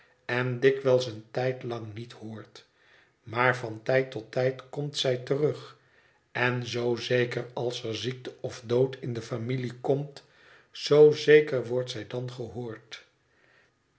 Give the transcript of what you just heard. en dikwijls een tijd lang niet hoort maar van tijd tot tijd komt zij terug en zoo zeker als er ziekte of dood in de familie komt zoo zeker wordt zij dan gehoord